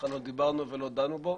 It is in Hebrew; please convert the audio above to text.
שבכלל לא דיברנו ולא דנו בו,